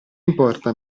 importa